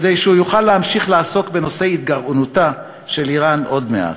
כדי שהוא יוכל להמשיך לעסוק בנושא התגרענותה של איראן עוד מעט,